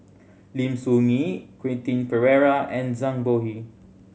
Lim Soo Ngee Quentin Pereira and Zhang Bohe